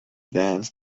dance